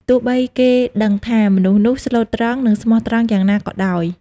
ទោះបីគេដឹងថា មនុស្សនោះស្លូតត្រង់ និងស្មោះត្រង់យ៉ាងណាក៏ដោយ ។